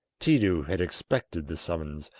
tiidu had expected this summons,